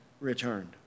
returned